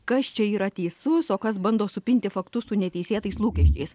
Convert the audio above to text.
kas čia yra teisus o kas bando supinti faktus su neteisėtais lūkesčiais